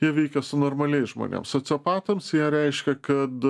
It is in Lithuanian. jie veikia su normaliais žmonėm sociopatams jie reiškia kad